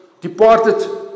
Departed